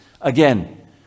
Again